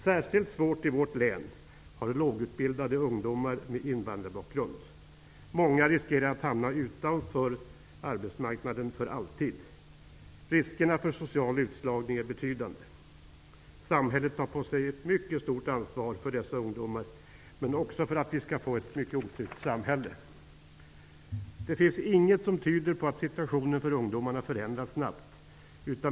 Särskilt svårt i vårt län har lågutbildade ungdomar med invandrarbakgrund. Många riskerar att hamna utanför arbetsmarknaden för alltid. Riskerna för social utslagning är betydande. Samhället tar på sig ett mycket stort ansvar för dessa ungdomar men också för att vi inte skall få ett otryggt samhälle. Det finns inget som tyder på att situationen för ungdomarna förändras snabbt.